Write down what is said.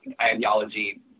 ideology